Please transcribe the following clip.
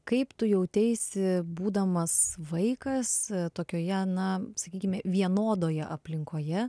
kaip tu jauteisi būdamas vaikas tokioje na sakykime vienodoje aplinkoje